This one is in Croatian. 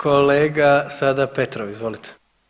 Kolega sada Petrov izvolite.